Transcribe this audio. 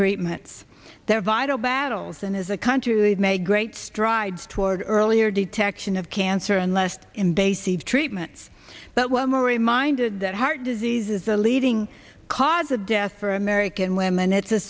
treatments there are vital battles and as a country they've made great strides toward earlier detection of cancer and less invasive treatments but when we're reminded that heart disease is the leading cause of death for american women it's a